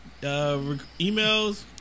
emails